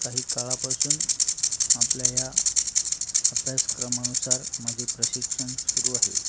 काही काळापासून आपल्या या अभ्यासक्रमानुसार माझे प्रशिक्षण सुरू आहे